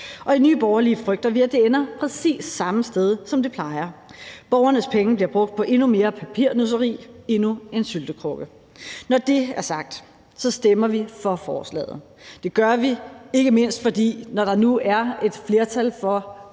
Og i Nye Borgerlige frygter vi, at det ender præcis samme sted, som det plejer at ende: Borgernes penge bliver brugt på endnu mere papirnusseri, endnu en syltekrukke. Når det er sagt, stemmer vi for forslaget. Det gør vi, ikke mindst fordi det, når der nu er et flertal for